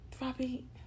Robbie